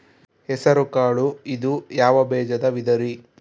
ಹೆಸರುಕಾಳು ಇದು ಯಾವ ಬೇಜದ ವಿಧರಿ?